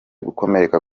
gukomereka